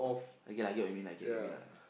I get I get what you mean I get what you mean lah